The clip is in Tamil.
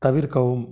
தவிர்க்கவும்